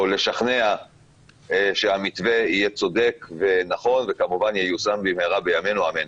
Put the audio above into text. לשכנע שהמתווה יהיה צודק ונכון וכמובן ייושם במהרה בימינו אמן.